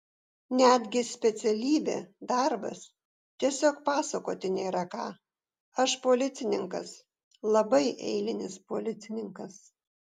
netgi specialybė darbas tiesiog pasakoti nėra ką aš policininkas labai eilinis policininkas